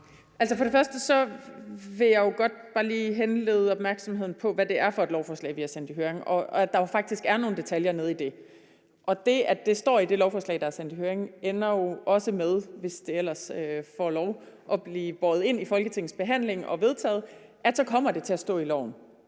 for det første vil jeg godt bare lige henlede opmærksomheden på, hvad det er for et lovforslag, vi har sendt i høring, og at der jo faktisk er nogle detaljer nede i det. Det, at det står i det lovforslag, der er sendt i høring, ender jo også med – hvis det ellers får lov – at blive båret ind i Folketingets behandling og vedtaget, og så kommer det til at stå i loven.